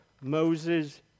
Moses